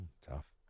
Tough